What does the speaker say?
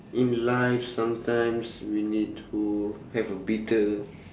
in life sometimes we need to have a battle